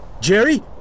Jerry